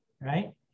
right